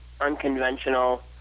unconventional